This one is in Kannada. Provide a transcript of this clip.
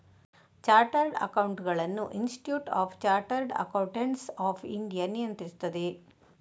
ಚಾರ್ಟರ್ಡ್ ಅಕೌಂಟೆಂಟುಗಳನ್ನು institute of chartered accountants of India ನಿಯಂತ್ರಿಸುತ್ತದೆ